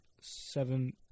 seven